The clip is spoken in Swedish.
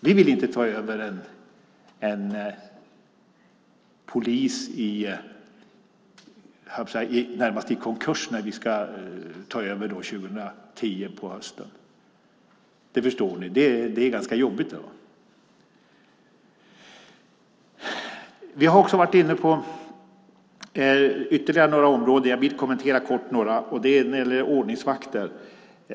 Vi vill inte ta över en polis som, höll jag på att säga, närmast är i konkurs på hösten 2010 när vi ska ta över; det förstår ni väl. Det är ju ganska jobbigt. Vi har också varit inne på ytterligare några områden. Helt kort vill jag kommentera några av dem. Först gäller det ordningsvakterna.